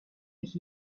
mich